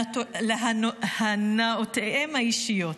להנאותיהם האישיות.